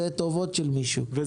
זה טובות של מישהו בעוונותינו.